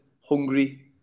hungry